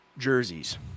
jerseys